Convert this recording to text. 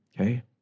Okay